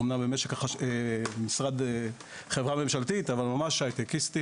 אומנם זו חברה ממשלתית, אבל ממש הייטקיסטים.